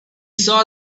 saw